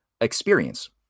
experience